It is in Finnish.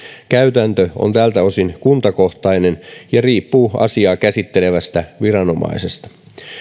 käytäntö on tältä osin kuntakohtainen ja riippuu asiaa käsittelevästä viranomaisesta